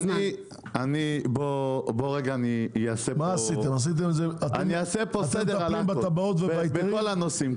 אני אעשה פה סדר בכל הנושאים.